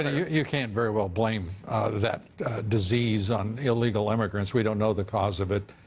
you can't very well blame that disease on illegal immigrants. we don't know the cause of it.